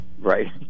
right